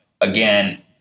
again